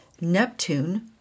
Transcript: Neptune